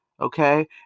Okay